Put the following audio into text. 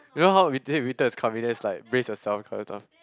you know how wi~ winter is coming then it's like brace yourself